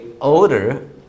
older